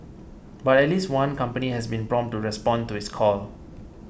but at least one company has been prompt to respond to his call